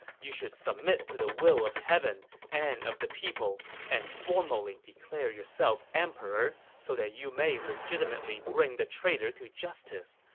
you should submit to the will of heaven and of the people and formally declare yourself emperor so that you may legitimately bring the traitor to justice.